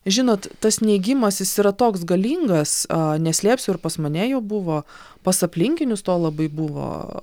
žinot tas neigimas jis yra toks galingas a neslėpsiu ir pas mane jo buvo pas aplinkinius to labai buvo